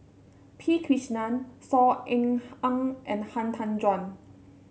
P Krishnan Saw Ean Ang and Han Tan Juan